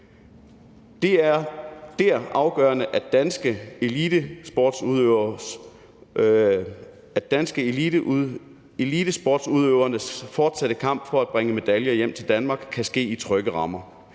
Det er dér afgørende, at elitesportsudøvernes fortsatte kamp for at bringe medaljer hjem til Danmark kan ske i trygge rammer,